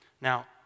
Now